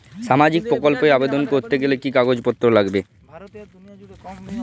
সামাজিক প্রকল্প এ আবেদন করতে গেলে কি কাগজ পত্র লাগবে?